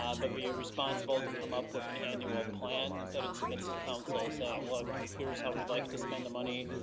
but be responsible to come up with an annual plan that it submits to council, saying, look, here's how we'd like to spend the money,